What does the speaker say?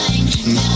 now